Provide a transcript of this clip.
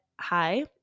hi